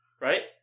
right